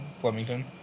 Flemington